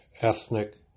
ethnic